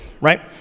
right